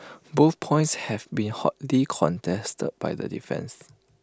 both points have been hotly contested by the defence